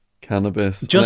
cannabis